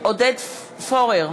עודד פורר,